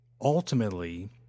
ultimately